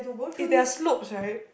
it's their slopes right